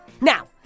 Now